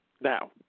Now